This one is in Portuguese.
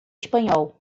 espanhol